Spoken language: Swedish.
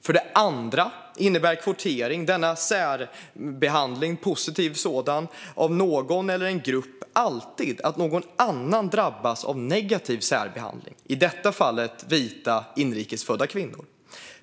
För det andra innebär kvotering - positiv särbehandling - av någon eller en grupp alltid att någon annan drabbas av negativ särbehandling. I detta fall gäller det vita inrikesfödda kvinnor.